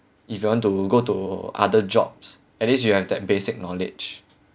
if you want to go to other jobs at least you have that basic knowledge